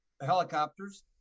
helicopters